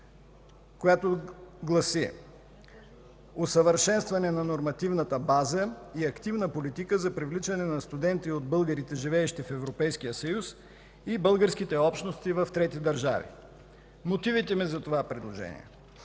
която гласи: „Усъвършенстване на нормативната база и активна политика за привличане на студенти от българите, живеещи в Европейския съюз, и българските общности в трети държави”. Мотивите ми за това предложение